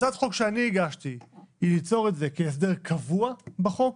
הצעת החוק שאני הגשתי היא ליצור את זה כהסדר קבוע בחוק,